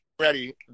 ready